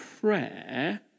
prayer